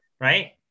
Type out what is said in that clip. right